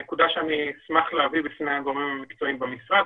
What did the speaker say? זו נקודה שאני אשמח להביא בפני הגורמים המקצועיים במשרד.